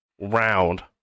round